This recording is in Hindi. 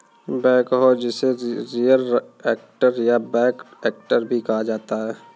बैकहो जिसे रियर एक्टर या बैक एक्टर भी कहा जाता है